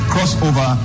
Crossover